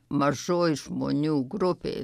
mažoj žmonių grupėj